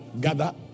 Gather